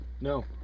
No